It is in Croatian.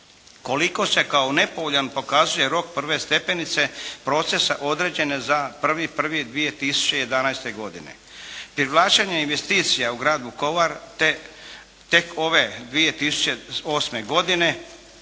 Koliko se kao nepovoljan pokazuje rok prve stepenice procesa određene za 1.1.2011. godine. Privlačenje investicija u grad Vukovar tek ove 2008. godine